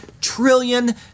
trillion